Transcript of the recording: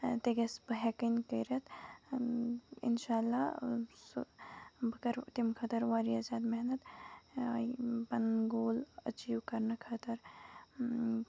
تہِ گژھِ بہٕ ہٮ۪کٕنۍ کٔرِتھ اِشاہ اللہ سُہ بہٕ کرٕ تَمہِ خٲطرٕ واریاہ زیادٕ محنت پَنُن گول ایٚچیٖو کرنہٕ خٲطرٕ